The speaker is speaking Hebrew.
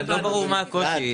לא ברור מה הקושי.